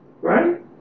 Right